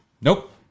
Nope